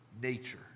nature